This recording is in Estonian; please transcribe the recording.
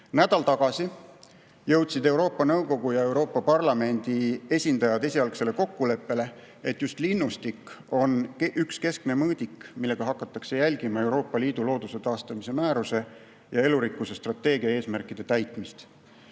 Nädal tagasi jõudsid Euroopa Nõukogu ja Euroopa Parlamendi esindajad esialgsele kokkuleppele, et just linnustik on üks keskne mõõdik, millega hakatakse jälgima Euroopa Liidu looduse taastamise määruse ja elurikkuse strateegia eesmärkide täitmist.